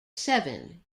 seven